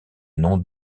nom